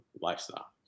lifestyle